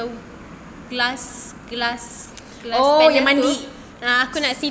glass glass glass aku nak see through